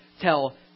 tell